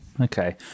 Okay